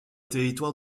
territoire